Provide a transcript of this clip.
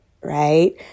right